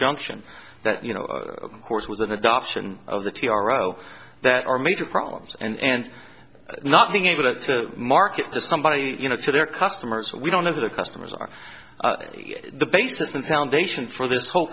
injunction that you know course was an adoption of the t r o that are major problems and not being able to market to somebody you know to their customers we don't have the customers are the basis and foundation for this whole